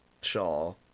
Shaw